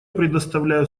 предоставляю